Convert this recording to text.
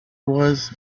was